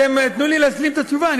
תנו לי להשלים את התשובה.